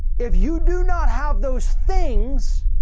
if you do not have those things,